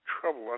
trouble